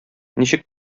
ничек